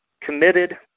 Committed